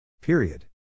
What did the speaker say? Period